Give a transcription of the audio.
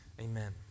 Amen